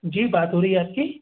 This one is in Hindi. जी बात हो रही है आपकी